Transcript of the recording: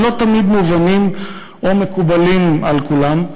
שלא תמיד מובנים או מקובלים על כולם,